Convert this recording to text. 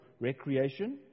recreation